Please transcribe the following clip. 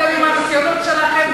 אתם עם הניסיונות שלכם,